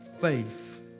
faith